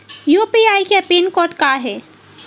UPI के pin code का हे?